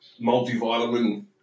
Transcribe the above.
multivitamin